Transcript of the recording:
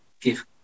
give